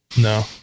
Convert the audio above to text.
No